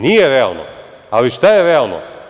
Nije realno, ali šta je realno?